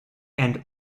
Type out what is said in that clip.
and